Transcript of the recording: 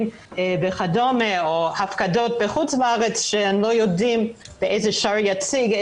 וכדומה או הפקדות בחו"ל שהם לא יודעים באיזה שער יציג,